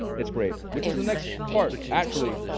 it's great. which is the next part, actually,